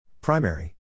Primary